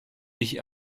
ich